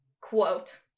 quote